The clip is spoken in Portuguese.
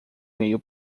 mail